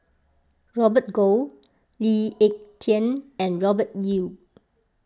Robert Goh Lee Ek Tieng and Robert Yeo